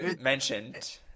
mentioned